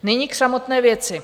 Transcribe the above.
Nyní k samotné věci.